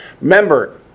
Remember